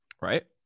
Right